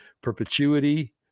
perpetuity